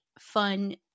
fun